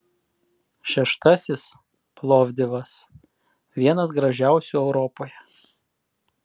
šeštasis plovdivas vienas gražiausių europoje